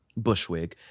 Bushwig